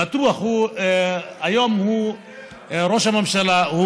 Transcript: בטוח הוא, היום הוא ראש הממשלה,